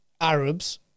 Arabs